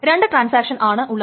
രണ്ട് ട്രാൻസാക്ഷൻ ആണ് ഉള്ളത്